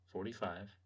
Forty-five